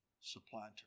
supplanter